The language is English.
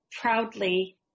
proudly